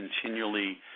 continually –